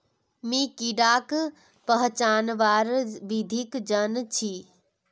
मी कीडाक पहचानवार विधिक जन छी